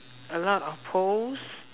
a lot of pose